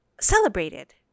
celebrated